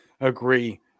agree